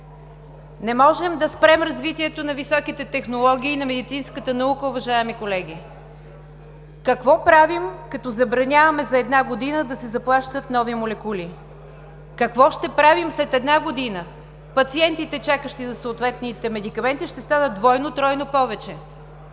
Не можем да спрем развитието на високите технологии, на медицинската наука, уважаеми колеги! Какво правим, като забраняваме за една година да се заплащат нови молекули? Какво ще правим след една година? Пациентите, чакащи за съответните медикаменти, ще станат двойно, тройно повече!